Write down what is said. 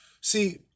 see